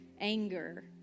anger